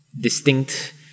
distinct